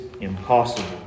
impossible